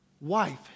wife